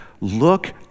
look